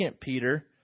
Peter